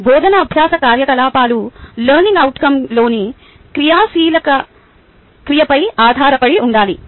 బోధనా అభ్యాస కార్యకలాపాలు లెర్నింగ్ అవుట్కంలోని క్రియాశీల క్రియ పై ఆధారపడి ఉండాలి